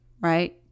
right